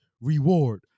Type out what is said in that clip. reward